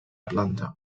planta